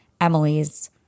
Emily's